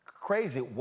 crazy